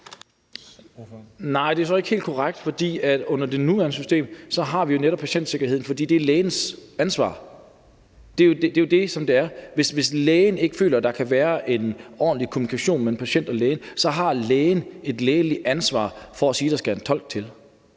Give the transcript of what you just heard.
Nej, det er så ikke helt korrekt, for under det nuværende system har vi jo netop patientsikkerheden. For det er lægens ansvar. Det er jo det, som det er. Hvis lægen ikke føler, der kan være en ordentlig kommunikation mellem patient og læge, så har lægen et lægeligt ansvar for at sige, at der skal en tolk til.